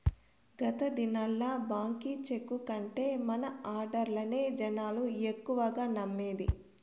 గత దినాల్ల బాంకీ చెక్కు కంటే మన ఆడ్డర్లనే జనాలు ఎక్కువగా నమ్మేది